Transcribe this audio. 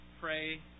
pray